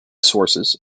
sources